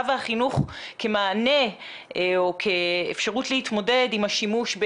והחינוך כמענה או כאפשרות להתמודד עם השימוש,